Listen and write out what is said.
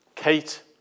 Kate